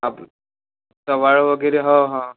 आप चवाळ वगैरे हां हां